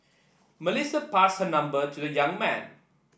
Melissa passed her number to the young man